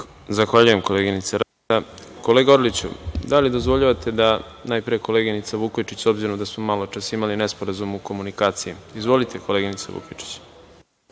Zahvaljujem, koleginice Radeta. Kolega Orliću, da li dozvoljavate da najpre koleginica Vukojičić, s obzirom da smo maločas imali nesporazum u komunikaciji. Izvolite koleginice Vukojičić.